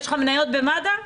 יש לך מניות במד"א?